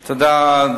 תודה.